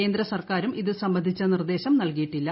കേന്ദ്രസർക്കാരും ഇത് സംബന്ധിച്ച നിർദേശം നൽകിയിട്ടില്ല